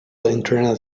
internet